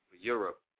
Europe